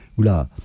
Oula